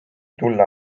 tulla